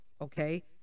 okay